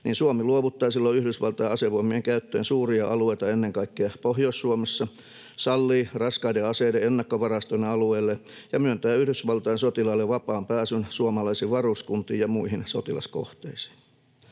Suomi luovuttaa silloin Yhdysvaltojen asevoimien käyttöön suuria alueita ennen kaikkea Pohjois-Suomesta, sallii raskaiden aseiden ennakkovaraston alueelle ja myöntää Yhdysvaltain sotilaille vapaan pääsyn suomalaisiin varuskuntiin ja muihin sotilaskohteisiin.